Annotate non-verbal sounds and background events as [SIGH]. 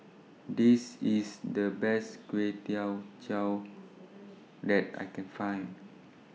This IS The Best Kway Teow [UNINTELLIGIBLE] that I Can Find